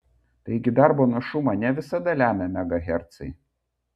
taigi darbo našumą ne visada lemia megahercai